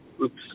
Oops